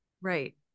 Right